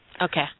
Okay